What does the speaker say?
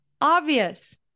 obvious